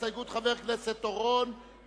ההסתייגות לחלופין של חבר הכנסת אחמד טיבי